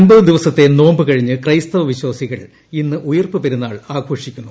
അൻപത് ദിവസത്തെ നോമ്പ് കഴിഞ്ഞ് ക്രൈസ്തവ വിശ്വാസികൾ ഇന്ന് ഉയിർപ്പ് പെരുന്നാൾ ആഘോഷിക്കുന്നു